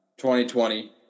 2020